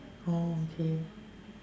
oh okay